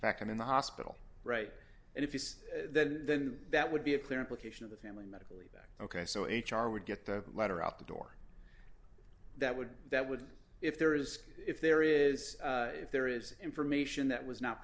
back in the hospital right and if you then then that would be a clear implication of the family medical leave act ok so h r would get the letter out the door that would that would if there is if there is if there is information that was not